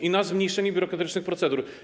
i na zmniejszeniu biurokratycznych procedur.